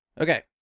Okay